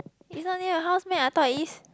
isn't near your house meh I thought is